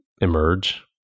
emerge